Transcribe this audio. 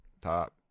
top